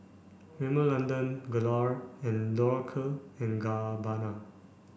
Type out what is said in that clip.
Rimmel London Gelare and Dolce and Gabbana